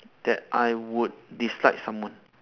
that I would dislike someone